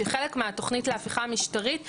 שחלק מהתוכנית להפיכה המשטרית,